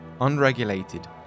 unregulated